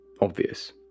obvious